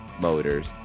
motors